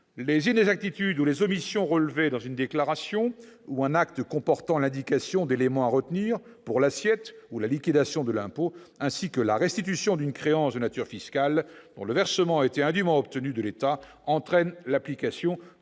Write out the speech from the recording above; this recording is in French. les inexactitudes ou les omissions relevées dans une déclaration ou un acte comportant l'indication d'éléments à retenir pour l'assiette ou la liquidation de l'impôt ainsi que la restitution d'une créance de nature fiscale dont le versement a été indûment obtenu de l'État entraînent l'application » de